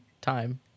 time